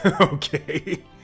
okay